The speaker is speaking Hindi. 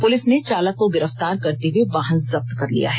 पुलिस ने चालक को गिरफ्तार करते हुए वाहन जब्त कर लिया है